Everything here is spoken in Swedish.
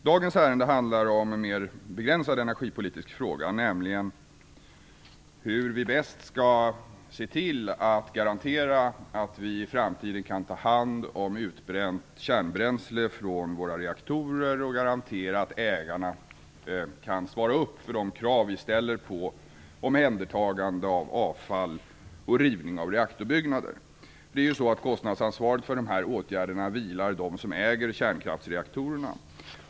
Dagens ärende handlar om en mer begränsad energipolitisk fråga, nämligen hur vi bäst skall garantera att vi i framtiden kan ta hand om utbränt kärnbränsle från våra reaktorer och garantera att ägarna kan motsvara de krav vi ställer på omhändertagande av avfall och rivning av reaktorbyggnader. Kostnadsansvaret för dessa åtgärder åvilar dem som äger kärnkraftsreaktorerna.